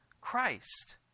Christ